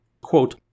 quote